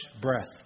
breath